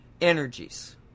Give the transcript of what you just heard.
energies